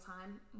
time